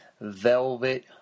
Velvet